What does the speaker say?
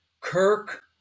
Kirk